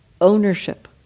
ownership